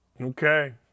Okay